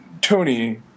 Tony